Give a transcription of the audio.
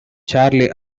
charlie